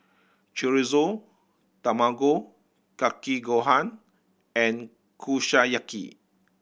Chorizo Tamago Kake Gohan and Kushiyaki